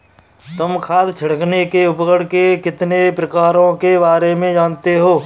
तुम खाद छिड़कने के उपकरण के कितने प्रकारों के बारे में जानते हो?